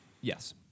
Yes